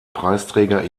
preisträger